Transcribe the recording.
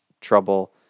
trouble